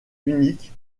unique